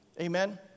Amen